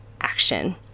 action